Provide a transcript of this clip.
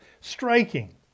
striking